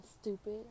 stupid